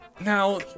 Now